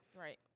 Right